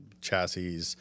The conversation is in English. chassis